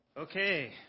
Okay